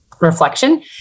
reflection